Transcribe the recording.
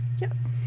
yes